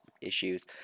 issues